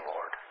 Lord